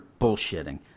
bullshitting